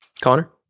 Connor